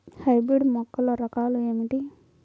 Hybrid మొక్కల రకాలు ఏమిటి?